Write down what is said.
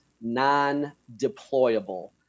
non-deployable